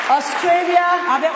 Australia